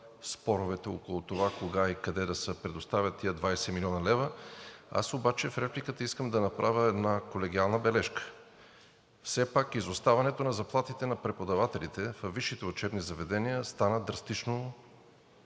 споровете около това кога и къде да се предоставят тези 20 млн. лв. Аз обаче в репликата искам да направя една колегиална бележка. Все пак изоставането на заплатите на преподавателите във висшите учебни заведения стана драстично